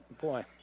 boy